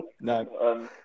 No